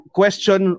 question